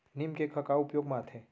नीम cake ह का उपयोग मा आथे?